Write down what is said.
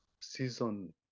season